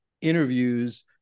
interviews